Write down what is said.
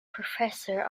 professor